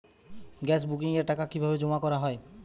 Gas বুকিংয়ের টাকা কিভাবে জমা করা হয়?